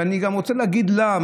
ואני גם רוצה להגיד לה,